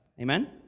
amen